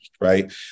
right